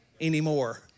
anymore